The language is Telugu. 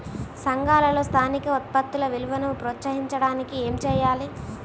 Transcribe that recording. సంఘాలలో స్థానిక ఉత్పత్తుల విలువను ప్రోత్సహించడానికి ఏమి చేయాలి?